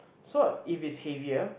so if it's heavier